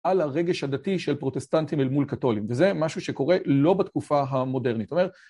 על הרגש הדתי של פרוטסטנטים אל מול קתולים, וזה משהו שקורה לא בתקופה המודרנית.